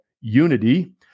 unity